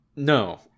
No